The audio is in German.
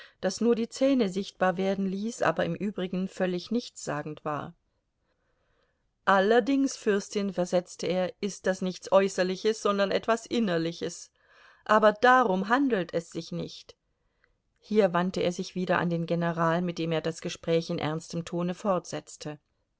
das nur die zähne sichtbar werden ließ aber im übrigen völlig nichtssagend war allerdings fürstin versetzte er ist das nichts äußerliches sondern etwas innerliches aber darum handelt es sich nicht hier wandte er sich wieder an den general mit dem er das gespräch in ernstem tone fortsetzte